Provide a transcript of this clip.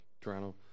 Toronto